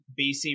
BC